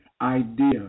idea